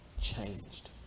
changed